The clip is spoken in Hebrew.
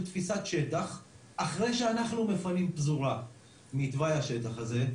של תפישת שטח אחרי שאנחנו מפנים פזורה מתוואי השטח הזה,